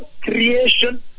creation